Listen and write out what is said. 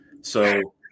So-